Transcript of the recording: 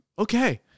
Okay